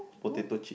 potato chip